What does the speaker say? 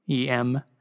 em